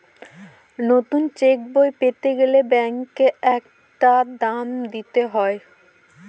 নতুন চেকবই পেতে গেলে ব্যাঙ্কে একটা দাম দিতে হয়